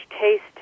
taste